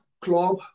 club